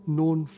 Known